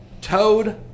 Toad